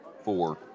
Four